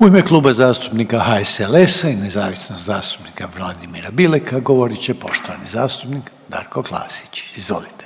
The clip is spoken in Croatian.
U ime Kluba zastupnika HSLS-a i nezavisnog zastupnika Vladimira Bileka govorit će poštovani zastupnik Darko Klasić. Izvolite.